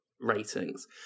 ratings